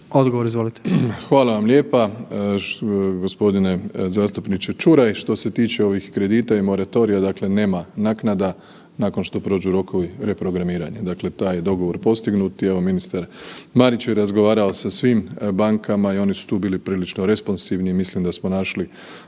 Andrej (HDZ)** Hvala vam lijepa. Gospodine zastupniče Čuraj, što se tiče ovih kredita i moratorija, dakle nema naknada nakon što prođu rokovi reprogramiranja, dakle taj je dogovor postignut i evo ministar Marić je razgovarao sa svim bankama i oni su tu bili prilično responzivni i mislim da smo našli